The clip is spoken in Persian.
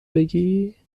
بگی